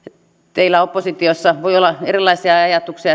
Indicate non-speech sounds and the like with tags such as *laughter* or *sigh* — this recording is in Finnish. teillä oppositiossa voi olla erilaisia ajatuksia *unintelligible*